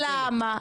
למה?